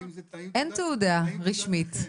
אין תעודה רשמית.